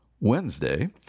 Wednesday